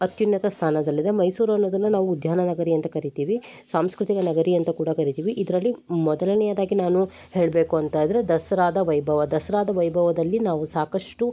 ಅತ್ಯುನ್ನತ ಸ್ಥಾನದಲ್ಲಿದೆ ಮೈಸೂರು ಅನ್ನೋದನ್ನು ನಾವು ಉದ್ಯಾನ ನಗರಿ ಅಂತ ಕರಿತಿವಿ ಸಾಂಸ್ಕೃತಿಕ ನಗರಿ ಅಂತ ಕೂಡ ಕರಿತಿವಿ ಇದರಲ್ಲಿ ಮೊದಲನೆಯದಾಗಿ ನಾನು ಹೇಳಬೇಕು ಅಂತಾದರೆ ದಸರಾ ವೈಭವ ದಸರಾ ವೈಭವದಲ್ಲಿ ನಾವು ಸಾಕಷ್ಟು